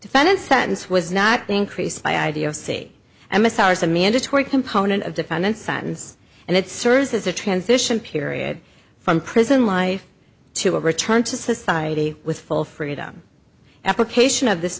defendant's sentence was not increased by idea of see m s r as a mandatory component of defendant's sentence and it serves as a transition period from prison life to a return to society with full freedom application of this